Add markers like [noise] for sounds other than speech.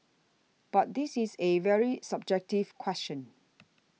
but this is a very subjective question [noise]